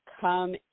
come